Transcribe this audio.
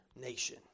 nation